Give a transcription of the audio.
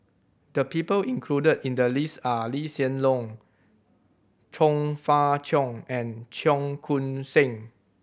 the people included in the list are Lee Hsien Loong Chong Fah Cheong and Cheong Koon Seng